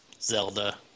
Zelda